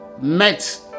met